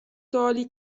سوالی